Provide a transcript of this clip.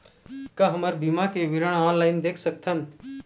का हमर बीमा के विवरण ऑनलाइन देख सकथन?